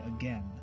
again